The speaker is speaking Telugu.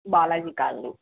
బాలాజీ కాలనీ